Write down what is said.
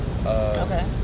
Okay